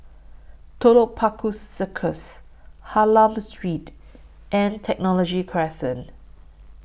Telok Paku Circus Hylam Street and Technology Crescent